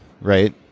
right